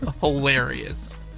hilarious